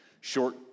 short